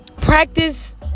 practice